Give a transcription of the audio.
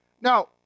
Now